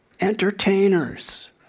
entertainers